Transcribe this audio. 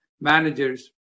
managers